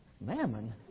Mammon